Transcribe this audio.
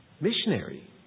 missionary